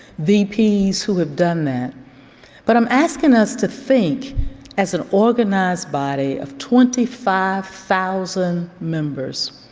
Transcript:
vps who have done that but i'm asking us to think as an organized body of twenty five thousand members,